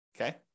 Okay